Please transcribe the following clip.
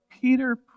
Peter